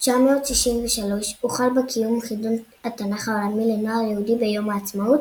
1963 הוחל בקיום חידון התנ"ך העולמי לנוער יהודי ביום העצמאות,